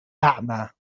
أعمى